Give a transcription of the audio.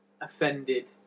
offended